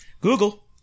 Google